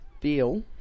feel